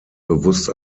bewusst